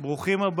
מתחייב אני.